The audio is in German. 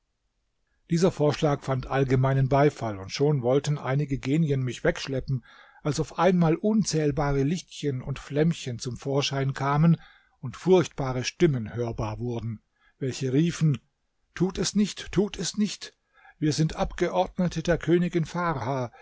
dieser vorschlag fand allgemeinen beifall und schon wollten einige genien mich wegschleppen als auf einmal unzählbare lichtchen und flämmchen zum vorschein kamen und furchtbare stimmen hörbar wurden welche riefen tut es nicht tut es nicht wir sind abgeordnete der königin farha